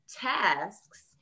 tasks